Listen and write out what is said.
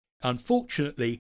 Unfortunately